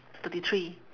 thirty three